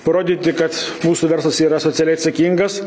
parodyti kad mūsų verslas yra socialiai atsakingas